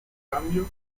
cambio